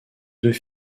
deux